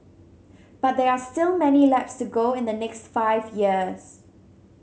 but there are still many laps to go in the next five years